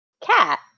Cat